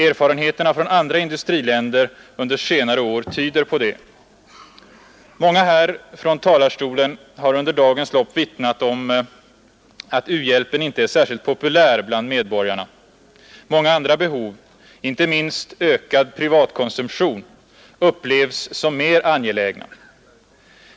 Erfarenheterna från andra industriländer under senare år tyder på det. Många har här från talarstolen under dagens debatt vittnat om att u-hjälpen inte är särskilt populär bland medborgarna. Andra behov — inte minst ökad privat konsumtion — upplevs som mer angelägna.